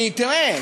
כי תראה,